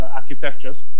architectures